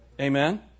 Amen